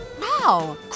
Wow